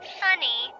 sunny